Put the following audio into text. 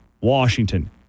Washington